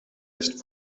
ist